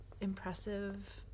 impressive